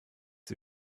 sie